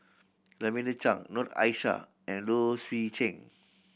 Lavender Chang Noor Aishah and Low Swee Chen